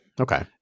Okay